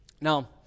Now